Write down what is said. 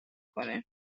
کنه